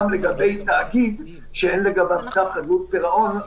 לגבי תאגיד שאין לגביו צו חדלות פירעון.